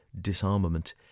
disarmament